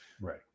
Right